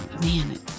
Man